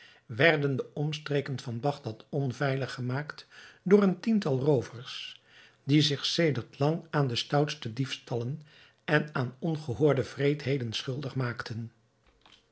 werden de omstreken van bagdad onveilig gemaakt door een tiental roovers die zich sedert lang aan de stoutste diefstallen en aan ongehoorde wreedheden schuldig maakten